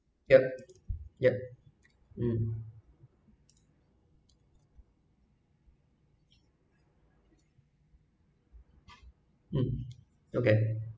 yup yup mm okay